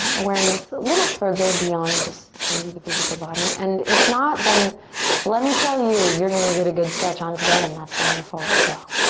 awareness a little further beyond just maybe the physical body. and if not, then let me tell you, you're going to get a good stretch on today and that's wonderful as well.